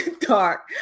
dark